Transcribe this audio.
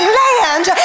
land